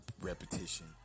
Repetition